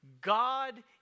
God